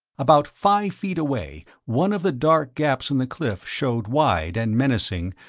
about five feet away, one of the dark gaps in the cliff showed wide and menacing,